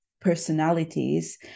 personalities